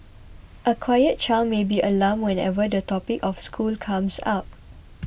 a quiet child may be alarmed whenever the topic of school comes up